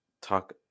talk